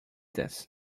this